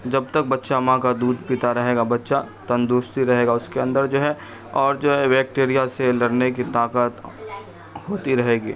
جب تک بچہ ماں کا دودھ پیتا رہے گا بچہ تندرستی رہے گا اس کے اندر جو ہے اور جو ہے بیکٹیریا سے لڑنے کی طاقت ہوتی رہے گی